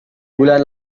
bulan